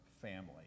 family